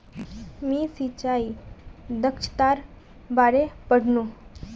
मी सिंचाई दक्षतार बारे पढ़नु